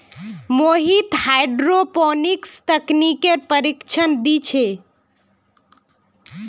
Mohit hydroponics तकनीकेर प्रशिक्षण दी छे